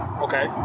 Okay